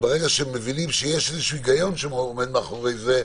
וברגע שהם מבינים שיש איזשהו היגיון שעומד מאחורי זה,